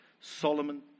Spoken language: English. solomon